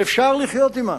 שאפשר לחיות עמן,